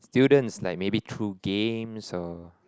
students like maybe through games or